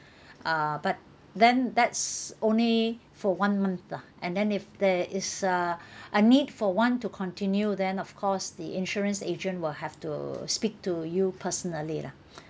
uh but then that's only for one month lah and then if there is uh a need for one to continue then of course the insurance agent will have to speak to you personally lah